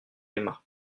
aimas